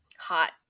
Hot